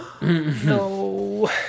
no